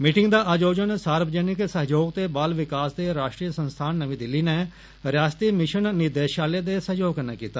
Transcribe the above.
meeting दा आयोजन सार्वजनिक सहयोग ते बाल विकास दे राष्ट्रीय संस्थान नमीं दिल्ली नै रियासती मिश्न निदेशालय दे सहयोग कन्नै कीता